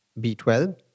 B12